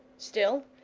still,